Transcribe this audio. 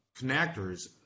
connectors